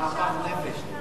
מהפך נפש.